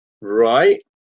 Right